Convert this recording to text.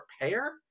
prepare